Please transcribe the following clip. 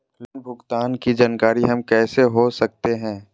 Loan भुगतान की जानकारी हम कैसे हो सकते हैं?